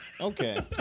Okay